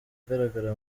agaragara